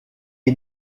est